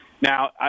Now